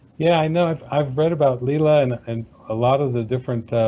yeah, i know, i've i've read about lila and and a lot of the different